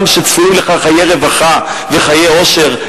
גם כשצפויים לך חיי רווחה וחיי עושר,